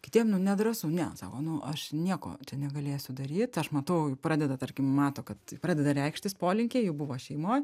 kitiem nedrąsu ne sako nu aš nieko negalėsiu daryt aš matau pradeda tarkim mato kad pradeda reikštis polinkiai jų buvo šeimoj